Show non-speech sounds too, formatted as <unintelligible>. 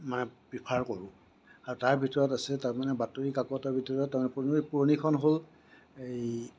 মানে প্ৰিফাৰ কৰোঁ আৰু তাৰ ভিতৰত আছে তাৰমানে বাতৰি কাকতৰ ভিতৰত তাৰমানে <unintelligible> এই পুৰণিখন হ'ল এই